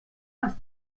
els